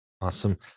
Awesome